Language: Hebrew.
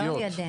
לא על ידינו.